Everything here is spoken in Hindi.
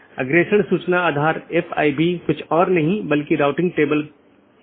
मीट्रिक पर कोई सार्वभौमिक सहमति नहीं है जिसका उपयोग बाहरी पथ का मूल्यांकन करने के लिए किया जा सकता है